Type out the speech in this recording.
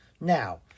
Now